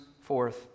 forth